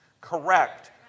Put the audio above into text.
correct